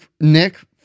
Nick